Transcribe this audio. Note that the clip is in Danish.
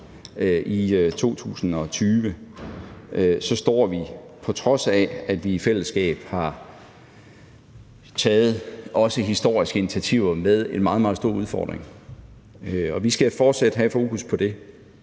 i 2020, står vi, på trods af at vi i fællesskab har taget også historiske initiativer, med en meget, meget stor udfordring. Vi skal fortsat have fokus på det,